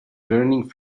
learning